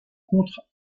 contre